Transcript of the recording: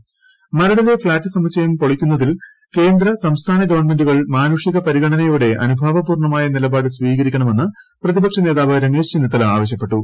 മരട് രമേശ് ചെന്നിത്തല മരടിലെ ഫ്ളാറ്റ് സമുച്ചയം പൊളിക്കുന്നതിൽ കേന്ദ്ര സംസ്ഥാന ഗവൺമെന്റുകൾ മാനുഷിക പരിഗണനയോടെ അനുഭാവ പൂർണ്ണമായ നിലപാട് സ്വീകരിക്കണമെന്ന് പ്രതിപക്ഷ നേതാവ് ്രമേശ് ചെന്നിത്തല ആവശ്യപ്പെട്ടു